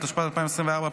התשפ"ד 2024,